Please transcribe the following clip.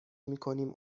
میکنیم